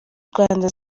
rwanda